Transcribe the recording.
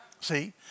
See